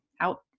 out